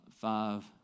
five